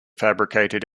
fabricated